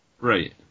Right